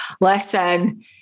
listen